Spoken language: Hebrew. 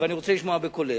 ואני רוצה לשמוע בקולך,